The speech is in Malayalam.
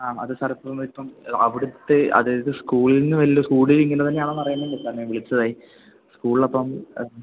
ആ അത് സാർ ഇപ്പം ഇപ്പം അവിടുത്തെ അതായത് സ്കൂളിൽ നിന്ന് വല്ലതും സ്കൂളിൽ ഇങ്ങനെ തന്നെ ആണോ എന്നറിയാനല്ലേ സാറിനെ വിളിച്ചത് സ്കൂൾ അപ്പം ഇറങ്ങി